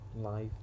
life